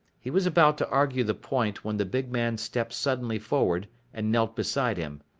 he was about to argue the point when the big man stepped suddenly forward and knelt beside him.